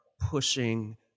pushing